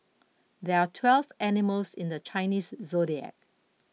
there are twelve animals in the Chinese zodiac